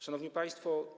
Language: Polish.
Szanowni Państwo!